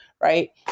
right